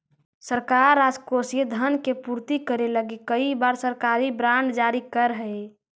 सरकार राजकोषीय धन के पूर्ति करे लगी कई बार सरकारी बॉन्ड जारी करऽ हई